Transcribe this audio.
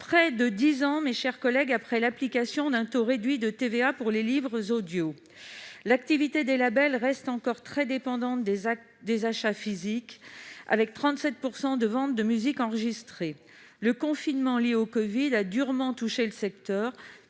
près de dix ans après l'application d'un taux réduit de TVA pour les livres audio. L'activité des labels reste encore très dépendante des achats physiques, qui représentent 37 % des ventes de musiques enregistrées. Le confinement lié au covid a durement atteint le secteur